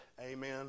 amen